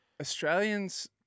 Australians